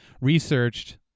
researched